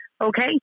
Okay